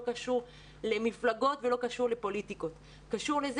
לא קשור למפלגות ולפוליטיקה אלא קשור לכך